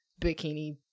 bikini